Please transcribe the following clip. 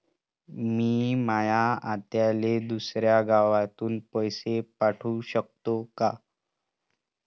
मी माया आत्याले दुसऱ्या गावातून पैसे पाठू शकतो का?